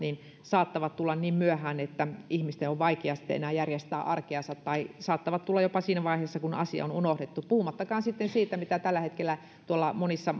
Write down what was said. saattavat tulla niin myöhään että ihmisten on vaikea sitten enää järjestää arkeansa tai ne saattavat tulla jopa siinä vaiheessa kun asia on unohdettu puhumattakaan sitten siitä että tällä hetkellä tuolla monissa